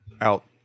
out